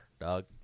dog